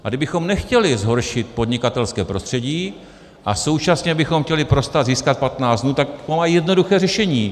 A kdybychom nechtěli zhoršit podnikatelské prostředí a současně bychom chtěli pro stát získat 15 dnů, tak to má jednoduché řešení.